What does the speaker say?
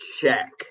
Check